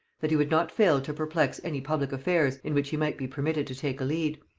that he would not fail to perplex any public affairs in which he might be permitted to take a lead.